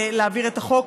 להעביר את החוק,